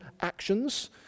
actions